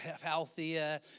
healthier